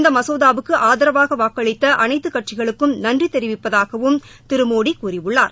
இந்த மசோதாவுக்கு ஆதரவாக வாக்களித்த அனைத்து கட்சிகளுக்கும் நன்றி தெரிவிப்பதாகவும் பிரதமர் மோடி கூறியுள்ளார்